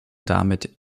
damit